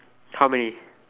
how many